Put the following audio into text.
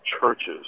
churches